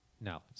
No